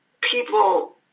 people